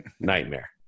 Nightmare